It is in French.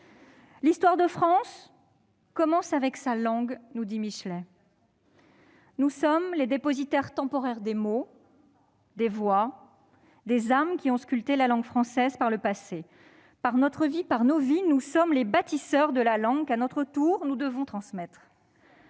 « L'histoire de France commence avec sa langue », nous dit Michelet. Nous sommes les dépositaires temporaires des mots, des voix, des âmes qui ont sculpté la langue française par le passé. Par nos vies, nous sommes les bâtisseurs de la langue que, à notre tour, nous devons transmettre.